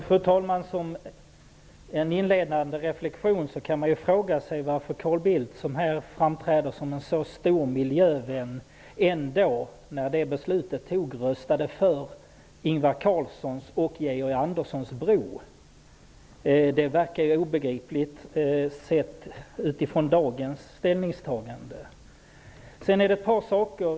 Fru talman! Som en inledande reflektion kan man fråga sig varför Carl Bildt, som här framträder som en stor miljövän, röstade för Ingvar Carlssons och Georg Anderssons bro när det beslutet fattades. Det verkar obegripligt sett utifrån dagens ställningstagande.